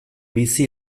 bizi